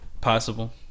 possible